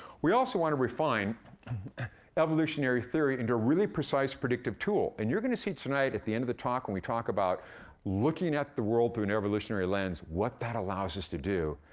we also wanna refine evolutionary theory into a really precise, predictive tool, and you're gonna see tonight at the end of the talk when we talk about looking at the world through an evolutionary lens, what that allows us to do.